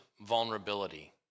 vulnerability